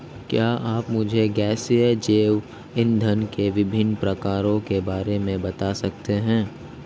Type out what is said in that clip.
क्या आप मुझे गैसीय जैव इंधन के विभिन्न प्रकारों के बारे में बता सकते हैं?